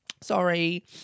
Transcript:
Sorry